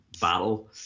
battle